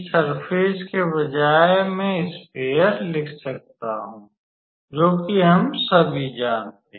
surface के बजाय मेँ स्फेयर लिख सकता हूं जोकि हम सभी जानते हैं